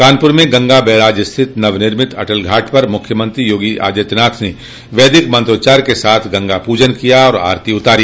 कानपूर में गंगा बैराज स्थित नवनिर्मित अटल घाट पर मुख्यमंत्री योगी आदित्यनाथ ने वैदिक मंचोच्चार के साथ गंगा पूजन किया और आरती उतारी